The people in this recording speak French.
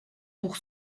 pour